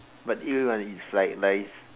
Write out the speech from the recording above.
but you want to eat fried rice